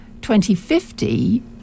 2050